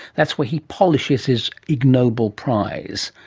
that's where he polishes his ig nobel prize.